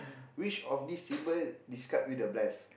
which of this symbol describe you the best